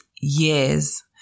years